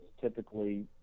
typically